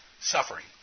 Suffering